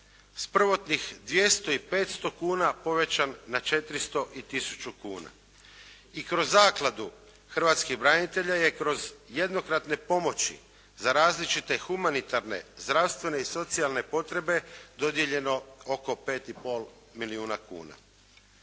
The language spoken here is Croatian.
prvotnih 200 i 500 kuna povećan na 400 i 1000 kuna. I kroz zakladu hrvatskih branitelja je kroz jednokratne pomoći za različite humanitarne, zdravstvene i socijalne potrebne dodijeljeno oko 5,5 milijuna kuna.